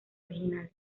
original